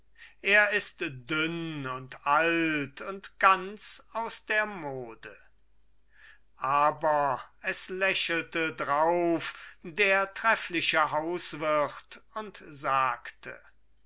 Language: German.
er ist dünn und alt und ganz aus der mode aber es lächelte drauf der treffliche hauswirt und sagte